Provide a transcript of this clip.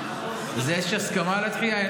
אז יש הסכמה לדחייה?